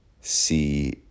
see